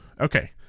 Okay